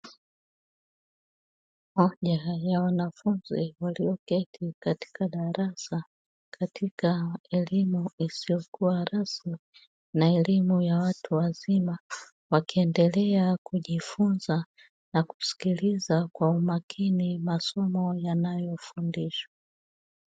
Moja ya wanafunzi walioketi katika darasa, katika elimu isiyokuwa rasmi na elimu ya watu wazima wakiendelea kujifunza na kusikiliza kwa umakini masomo wanayofundishwa.